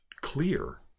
clear